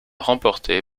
remportée